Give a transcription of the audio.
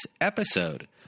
episode